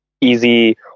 easy